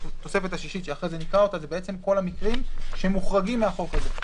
התוספת השישית שאחרי זה נקרא זה כל המקרים שמוחרגים מהחוק הזה,